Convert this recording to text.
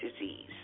disease